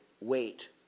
wait